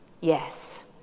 Yes